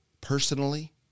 personally